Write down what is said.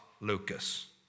Lucas